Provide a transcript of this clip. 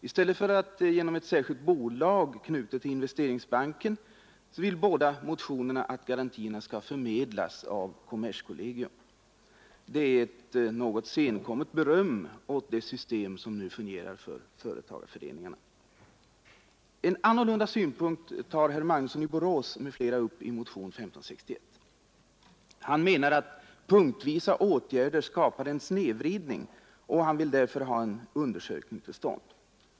I stället för genom ett särskilt bolag knutet till Sveriges investeringsbank vill båda motionerna att garantierna skall förmedlas av kommerskollegium. Det är ett något senkommet beröm åt det system som nu fungerar för företagarföreningarna. En annorlunda synpunkt tar herr Magnusson i Borås och hans medmotionärer upp i motionen 1561. Motionärerna menar att punktvisa åtgärder skapar en snedvridning, och därför vill man att en undersökning skall komma till stånd.